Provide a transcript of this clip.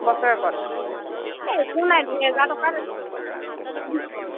বছৰেকত এই একো নাই দুহেজাৰ টকা